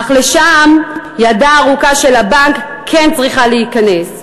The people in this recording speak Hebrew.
אך לשם ידו הארוכה של הבנק כן צריכה להיכנס,